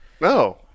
No